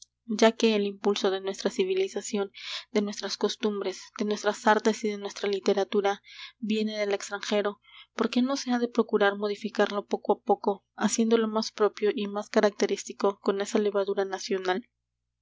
ya que el impulso de nuestra civilización de nuestras costumbres de nuestras artes y de nuestra literatura viene del extranjero por qué no se ha de procurar modificarlo poco á poco haciéndolo más propio y más característico con esa levadura nacional